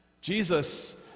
Jesus